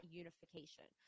unification